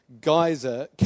geyser